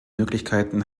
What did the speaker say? möglichkeiten